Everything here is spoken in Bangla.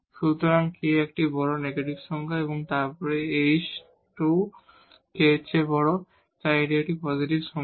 সুতরাং k একটি বড় নেগেটিভ সংখ্যা এবং তারপর 2 h2 k এর চেয়ে বড় তাই এটি একটি পজিটিভ সংখ্যা